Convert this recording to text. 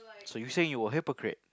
so you're saying you were a hypocrite